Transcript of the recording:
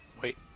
wait